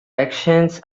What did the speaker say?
actions